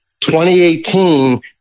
2018